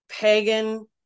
pagan